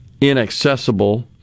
inaccessible